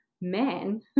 man